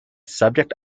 subject